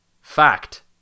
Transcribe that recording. fact